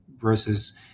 versus